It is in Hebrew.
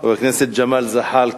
חבר הכנסת ג'מאל זחאלקה,